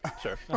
Sure